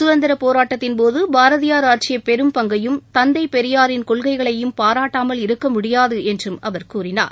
சுதந்திரப்போராட்டத்தின்போது பாரதியார் ஆற்றிய பெரும் பங்கையும் தந்தை பெரியாரின் கொள்கைகளையும் பாராட்டாமல் இருக்க முடியாது என்று அவர் கூறினார்